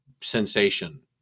sensation